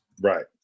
Right